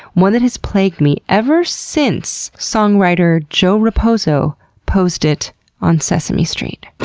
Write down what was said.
one that has plagued me ever since songwriter joe raposo posed it on sesame street.